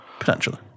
Potentially